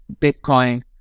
Bitcoin